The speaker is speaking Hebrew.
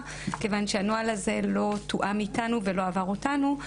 כיוון שהנוהל הזה לא תואם איתנו ולא עבר אותנו,